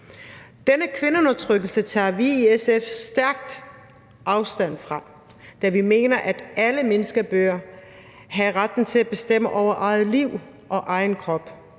Denne kvindeundertrykkelse tager vi i SF stærkt afstand fra, da vi mener, at alle mennesker bør have retten til at bestemme over eget liv og egen krop,